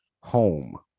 home